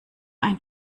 ein